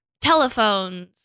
telephones